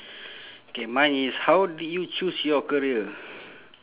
okay mine is how did you choose your career